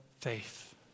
faith